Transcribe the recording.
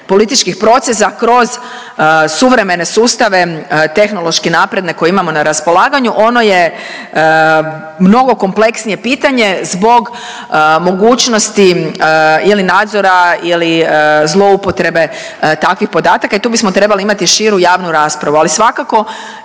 političkih procesa kroz suvremene sustave tehnološki napredne koje imamo na raspolaganju, ono je mnogo kompleksnije pitanje zbog mogućnosti ili nadzora ili zloupotrebe takvih podataka i tu bismo trebali imati širu javnu raspravu. Ali svakako